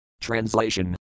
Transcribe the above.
Translation